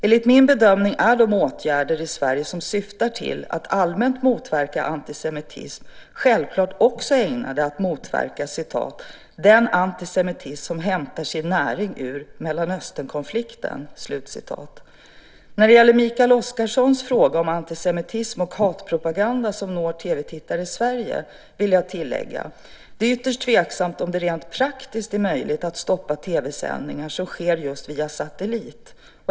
Enligt min bedömning är de åtgärder i Sverige som syftar till att allmänt motverka antisemitism självfallet också ägnade att motverka "den antisemitism som hämtar sin näring ur Mellanösternkonflikten". När det gäller Mikael Oscarsons fråga om antisemitism och hatpropaganda som når TV-tittare i Sverige vill jag tillägga följande. Det är ytterst tveksamt om det rent praktiskt är möjligt att stoppa TV-sändningar som sker just via satellit.